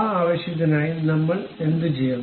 ആ ആവശ്യത്തിനായി നമ്മൾ എന്തുചെയ്യണം